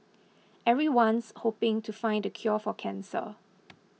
everyone's hoping to find the cure for cancer